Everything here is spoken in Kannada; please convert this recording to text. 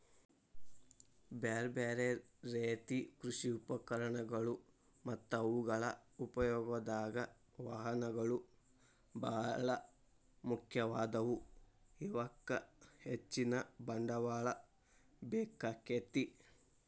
ಬ್ಯಾರ್ಬ್ಯಾರೇ ರೇತಿ ಕೃಷಿ ಉಪಕರಣಗಳು ಮತ್ತ ಅವುಗಳ ಉಪಯೋಗದಾಗ, ವಾಹನಗಳು ಬಾಳ ಮುಖ್ಯವಾದವು, ಇವಕ್ಕ ಹೆಚ್ಚಿನ ಬಂಡವಾಳ ಬೇಕಾಕ್ಕೆತಿ